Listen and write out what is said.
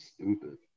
stupid